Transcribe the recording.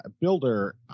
builder